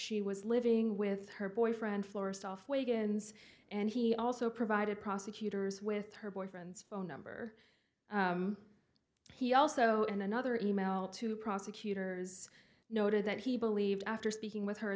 she was living with her boyfriend florists off weygand and he also provided prosecutors with her boyfriend's phone number he also in another e mail to prosecutors noted that he believed after speaking with her